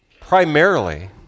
primarily